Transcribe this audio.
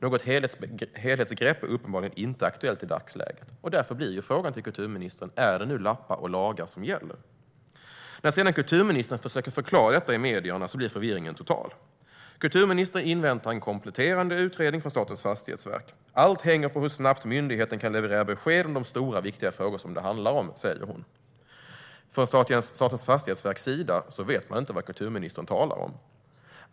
Något helhetsgrepp är uppenbarligen inte aktuellt i dagsläget. Därför blir frågan till kulturministern: Är det lappa och laga som nu gäller? När kulturministern sedan försökt förklara detta i medierna har förvirringen blivit total. Kulturministern inväntar en kompletterande utredning från Statens fastighetsverk. Allt hänger på hur snabbt myndigheten kan leverera besked om de stora, viktiga frågor som det handlar om, säger hon. På Statens fastighetsverk vet man inte vad ministern talar om.